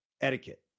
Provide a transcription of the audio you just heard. etiquette